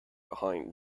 behind